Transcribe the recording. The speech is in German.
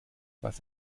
was